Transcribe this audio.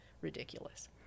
ridiculous